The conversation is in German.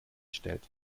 stellt